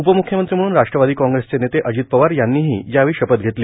उपम्ख्यमंत्री म्हणून राष्ट्रवादी काँग्रेसचे नेते अजित पवार यांनीही यावेळी शपथ घेतली